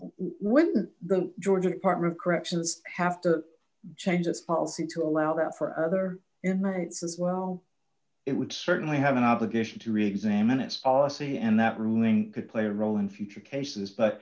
when the georgia department of corrections have to change its policy to allow that for other emirates as well it would certainly have an obligation to reexamine its policy and that ruling could play a role in future cases but